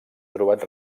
trobat